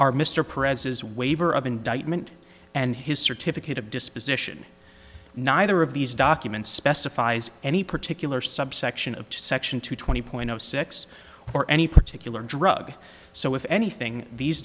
are mr prez's waiver of indictment and his certificate of disposition neither of these documents specifies any particular subsection of section two twenty point zero six or any particular drug so if anything these